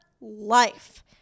life